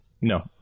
no